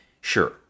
sure